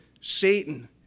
Satan